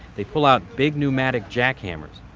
they pull out big pneumatic jackhammers,